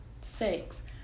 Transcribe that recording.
Six